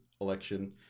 election